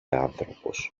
άνθρωπος